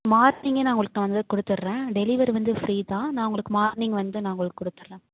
மார்னிங்கே நான் உங்கள்கிட்ட வந்து கொடுத்துட்றேன் டெலிவரி வந்து ஃப்ரீதான் நான் உங்களுக்கு மார்னிங் வந்து நான் உங்களுக்கு கொடுத்துட்றேன்